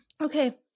Okay